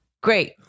Great